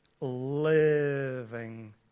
living